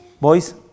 Boys